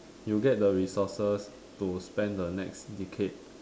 you get the resources to spend the next decade